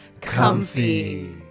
comfy